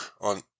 On